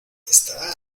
estará